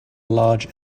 large